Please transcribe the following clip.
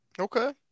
Okay